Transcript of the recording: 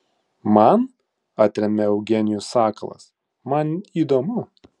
man atremia eugenijus sakalas man įdomu